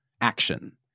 action